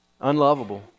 Unlovable